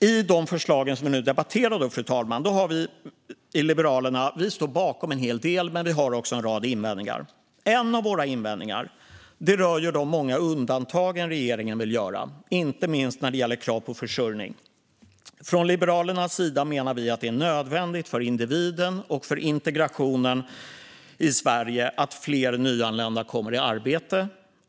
I de förslag som vi nu debatterar, fru talman, har vi i Liberalerna en rad invändningar, även om vi står bakom en hel del. En av våra invändningar rör de många undantag som regeringen vill göra, inte minst vad gäller kraven på försörjning. Liberalerna menar att det är nödvändigt för individen och för integrationen i Sverige att fler nyanlända kommer i arbete.